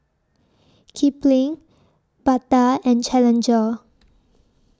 Kipling Bata and Challenger